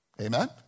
amen